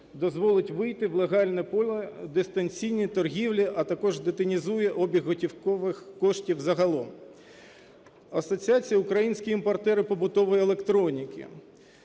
дозволить вийти в легальне поле, дистанційні торгівлі, а також детінізує обіг готівкових коштів загалом. Асоціація українські імпортери побутової електроніки.